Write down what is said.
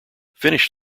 finish